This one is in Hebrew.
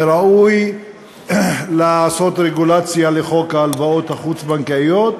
ראוי לעשות רגולציה לחוק ההלוואות החוץ-בנקאיות,